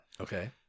Okay